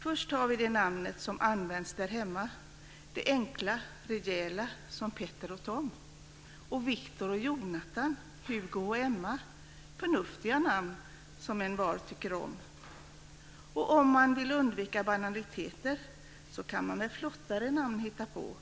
Först har vi det namnet som används därhemma, det enkla, rejäla, som Peter och Tom och Viktor och Jonatan, Hugo och Emma - förnuftiga namn, som envar tycker om. Och om man vill undvika banaliteter så kan man väl flottare namn hitta på